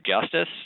justice